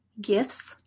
gifts